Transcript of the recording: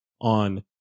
on